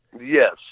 Yes